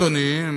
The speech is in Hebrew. אדוני,